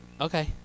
okay